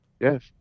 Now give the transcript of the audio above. Yes